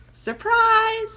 Surprise